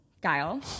Guile